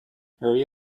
hurry